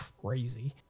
crazy